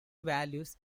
values